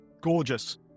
gorgeous